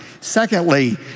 Secondly